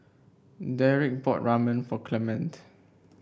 Derek bought Ramen for Clemente